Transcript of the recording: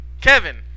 Kevin